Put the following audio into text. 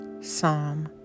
Psalm